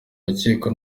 rukiko